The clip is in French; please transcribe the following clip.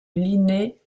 linné